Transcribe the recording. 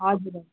हजुर हजुर